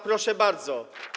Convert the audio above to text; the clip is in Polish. Proszę bardzo.